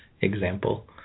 example